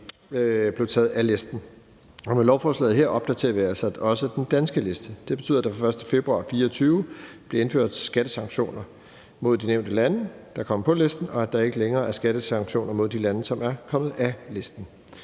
Med lovforslaget her opdaterer vi altså også den danske liste. Det betyder, at der fra den 1. februar 2024 bliver indført skattesanktioner mod de nævnte lande, der er kommet på listen, og at der ikke længere er skattesanktioner mod de lande, som er kommet af listen.